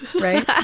right